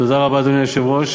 תודה רבה, אדוני היושב-ראש.